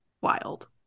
Wild